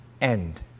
end